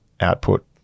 output